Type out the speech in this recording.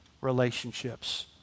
relationships